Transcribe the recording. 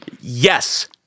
Yes